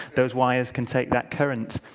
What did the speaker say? those wires can take that current.